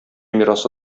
мирасы